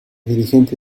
dirigente